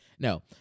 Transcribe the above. No